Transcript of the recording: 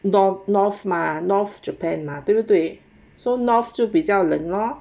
the north ma north japan mah 对不对 so north 就比较冷咯